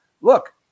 look